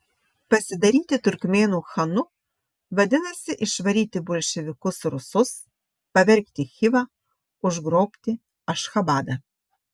pasidaryti turkmėnų chanu vadinasi išvaryti bolševikus rusus pavergti chivą užgrobti ašchabadą